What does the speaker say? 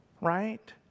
right